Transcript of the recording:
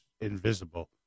invisible